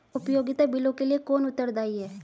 उपयोगिता बिलों के लिए कौन उत्तरदायी है?